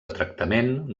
tractament